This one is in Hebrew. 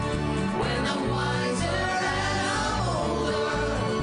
עברה הילדות והתיכון.